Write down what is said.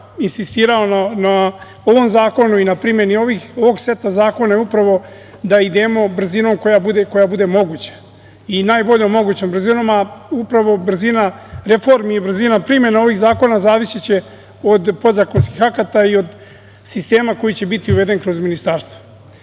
insistirao na ovom zakonu i na primeni ovog seta zakona je upravo da idemo brzinom koja bude moguća i najboljom mogućom brzinom, a upravo brzina reformi, brzina primene ovih zakona će zavisiti od podzakonskih akata i od sistema koji će biti uveden kroz ministarstvo. Između